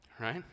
right